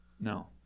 No